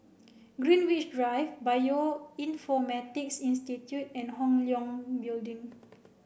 Greenwich Drive Bioinformatics Institute and Hong Leong Building